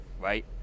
right